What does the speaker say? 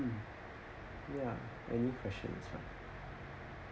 mm ya any question is fine